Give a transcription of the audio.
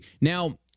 Now